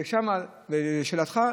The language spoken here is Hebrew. ולשאלתך,